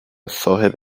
صاحب